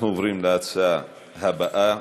אנחנו עוברים להצעה הבאה,